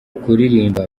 kuririmba